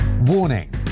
Warning